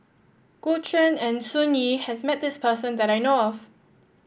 Gu Juan and Sun Yee has met this person that I know of